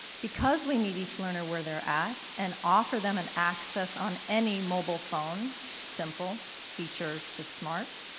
because we need each learner where they're at and offer them an access on any mobile phone, simple feature to smart.